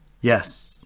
Yes